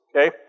okay